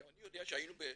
אני יודע שהיינו ברמלה.